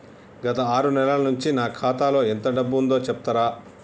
గత ఆరు నెలల నుంచి నా ఖాతా లో ఎంత డబ్బు ఉందో చెప్తరా?